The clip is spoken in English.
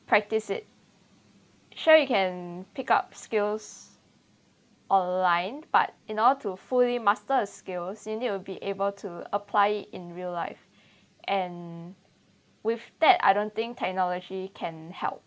practice it sure you can pick up skills online but in order to fully master the skills you need to be able to apply in real life and with that I don't think technology can help